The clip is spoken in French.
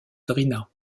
drina